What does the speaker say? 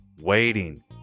waiting